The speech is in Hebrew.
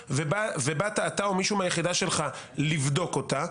ובאת אתה או מישהו מהיחידה שלך לבדוק אותה.